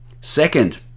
second